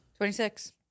26